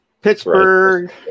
Pittsburgh